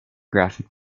graphic